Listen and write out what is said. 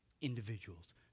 individuals